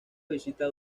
visita